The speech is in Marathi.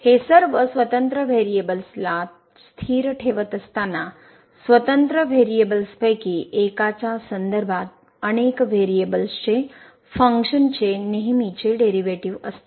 हे सर्व स्वतंत्र व्हेरिएबल्सला स्थिर ठेवत असताना स्वतंत्र व्हेरिएबल्सपैकी एकाच्या संदर्भात अनेक व्हेरिएबल्सचे फंक्शनचे नेहमीचे डेरिव्हेटिव्ह असते